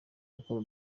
gukora